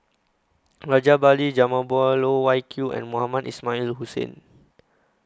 Rajabali Jumabhoy Loh Wai Kiew and Mohamed Ismail Hussain